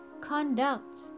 conduct